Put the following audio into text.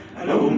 Hello